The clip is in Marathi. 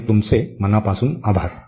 आणि तुमचे मनापासून आभार